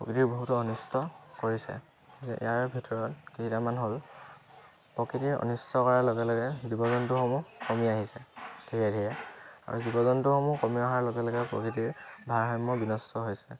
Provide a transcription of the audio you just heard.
প্ৰকৃতিৰ বহুতো অনিষ্ট কৰিছে ইয়াৰ ভিতৰত কেইটামান হ'ল প্ৰকৃতিৰ অনিষ্ট কৰাৰ লগে লগে জীৱ জন্তুসমূহ কমি আহিছে ধীৰে ধীৰে আৰু জীৱ জন্তুসমূহ কমি অহাৰ লগে লগে প্ৰকৃতিৰ ভাৰাসাম্য বিনষ্ট হৈছে